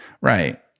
Right